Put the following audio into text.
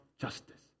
justice